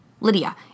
Lydia